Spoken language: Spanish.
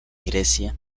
grecia